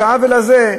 את העוול הזה,